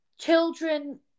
children